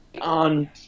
on